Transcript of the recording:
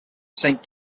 saint